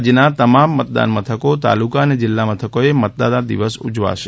રાજ્યના તમામ મતદાન મથકો તાલુકા અને જિલ્લા મથકોએ મતદાતા દિવસ ઉજવાશે